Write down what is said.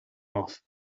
off